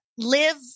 Live